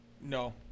No